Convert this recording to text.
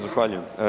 Zahvaljujem.